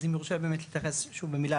אז אם יורשה לי באמת להתייחס שוב במילה,